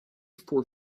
for